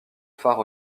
phare